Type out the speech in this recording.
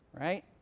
right